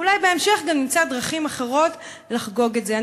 ואולי בהמשך גם נמצא דרכים אחרות לחגוג את זה.